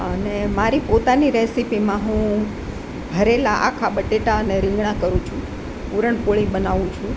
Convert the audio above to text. અને મારી પોતાની રેસિપીમાં હું ભરેલાં આખા બટેટાં અને રીંગણાં કરું છું પૂરણ પોળી બનાવું છું